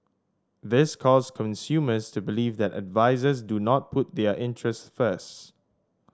this caused consumers to believe that advisers do not put their interests first